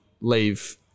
leave